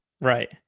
right